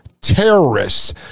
terrorists